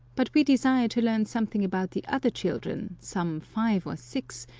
but we desire to learn something about the other children, some five or six,